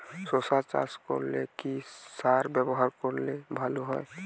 শশা চাষ করলে কি সার ব্যবহার করলে ভালো হয়?